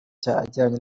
ajyanye